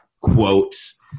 quotes